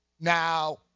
Now